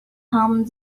home